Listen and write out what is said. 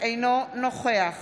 אינו נוכח